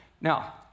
Now